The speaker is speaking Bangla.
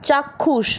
চাক্ষুষ